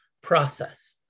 process